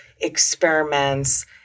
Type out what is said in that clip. experiments